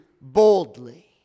boldly